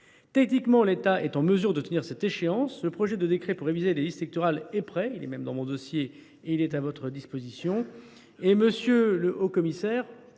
Techniquement, l’État est en mesure de tenir cette échéance. Le projet de décret pour réviser les listes électorales est prêt. Il est même dans mon dossier et à votre disposition.